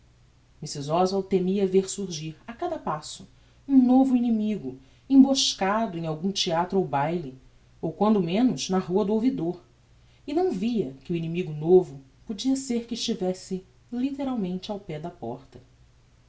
guiomar mrs oswald temia ver surgir a cada passo um novo inimigo emboscado em algum theatro ou baile ou quando menos na rua do ouvidor e não via que o inimigo novo podia ser que estivesse litteralmente ao pé da porta